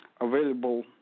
available